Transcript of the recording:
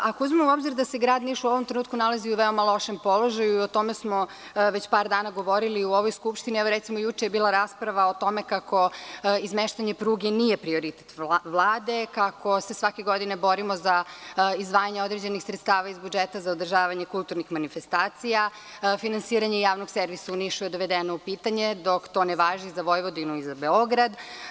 Ako uzmemo u obzir da se Grad Niš u ovom trenutku nalazi u veoma lošem položaju i o tome smo već par dana govorili u ovoj Skupštini, evo, recimo, juče je bila rasprava o tome kako izmeštanje pruge nije prioritet Vlade, kako se svake godine borimo za izdvajanje određenih sredstava iz budžeta za održavanje kulturnih manifestacija, finansiranje javnog servisa u Nišu je dovedeno u pitanje, dok to ne važi za Vojvodinu i za Beograd.